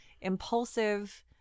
impulsive